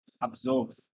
absorb